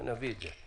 נביא את זה.